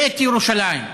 ואת ירושלים,